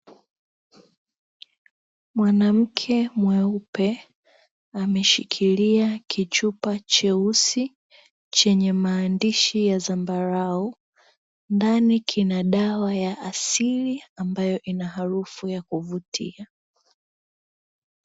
Mwanamke mweupe ameshikilia kichupa cheusi chenye maandishi ya zambarau, ndani kina dawa ya asili ambayo ina harufu ya kuvutia.